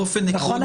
באופן עקרוני,